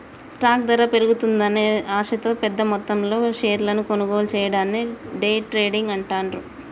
stock ధర పెరుగుతుందనే ఆశతో పెద్దమొత్తంలో షేర్లను కొనుగోలు చెయ్యడాన్ని డే ట్రేడింగ్ అంటాండ్రు